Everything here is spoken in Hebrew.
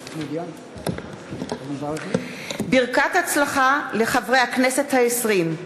אני ברכת הצלחה לחברי הכנסת העשרים.